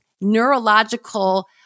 neurological